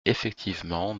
effectivement